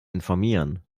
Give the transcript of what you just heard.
informieren